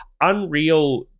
Unreal